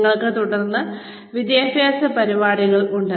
ഞങ്ങൾക്ക് തുടർ വിദ്യാഭ്യാസ പരിപാടികൾ ഉണ്ട്